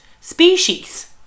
species